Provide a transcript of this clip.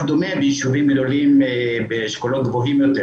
דומה בישובים גדולים באשכולות גבוהים יותר,